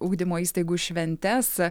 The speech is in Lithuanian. ugdymo įstaigų šventes